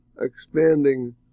expanding